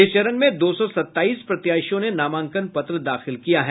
इस चरण में दो सौ सत्ताईस प्रत्याशियों ने नामांकन पत्र दाखिल किया था